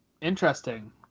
Interesting